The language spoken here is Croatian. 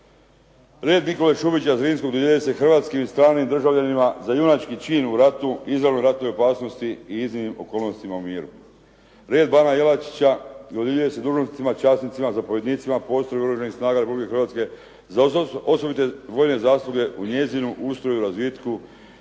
"Red Nikole Šubića Zrinskog" dodjeljuje se hrvatskim i stranim državljanima za junački čin u ratu, izravnoj ratnoj opasnosti i iznimnim okolnostima u miru. "Red bana Jelačića" dodjeljuje se dužnosnicima, časnicima, zapovjednicima postrojbi Oružanih snaga Republike Hrvatske za osobite vojne zasluge u njezinu ustroju, razvitku,